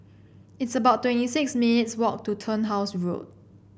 it's about twenty six minutes walk to Turnhouse Road